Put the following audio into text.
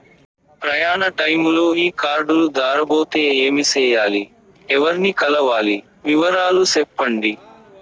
ప్రయాణ టైములో ఈ కార్డులు దారబోతే ఏమి సెయ్యాలి? ఎవర్ని కలవాలి? వివరాలు సెప్పండి?